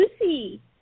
Lucy